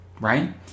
right